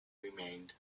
remained